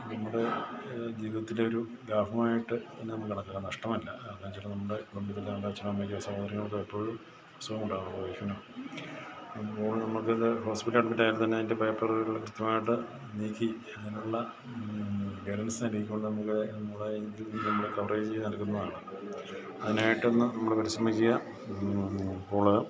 നമ്മുടെ ജീവിതത്തിലെ ഒരു ലാഭമായിട്ട് തന്നെ നമ്മൾ കണക്കാക്കണം നഷ്ടമല്ല കാരണം എന്നു വെച്ചാൽ നമ്മുടെ കുടുംബത്തിലെ നമ്മുടെ അച്ഛനൊ അമ്മയ്ക്കോ സഹോദരങ്ങൾക്കോ എപ്പോഴും അസുഖമുണ്ടാകാം വൈഫിനോ അപ്പോൾ നമുക്കത് ഹോസ്പിറ്റൽ അഡ്മിറ്റ് ആയാൽത്തന്നെ അതിൻ്റെ പേപ്പറുകളൊക്കെ കൃത്യമായിട്ട് നീക്കി അതിനുള്ള ബാലൻസ് നൽകിക്കൊണ്ട് നമുക്ക് നമ്മുടെ ഇത് നമ്മുടെ കവറേജ് നൽകുന്നതാണ് അതിനായിട്ടൊന്ന് നമ്മൾ പരിശ്രമിക്കുക അപ്പോൾ